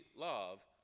love